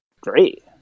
great